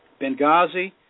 Benghazi